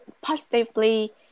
positively